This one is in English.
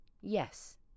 yes